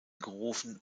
gerufen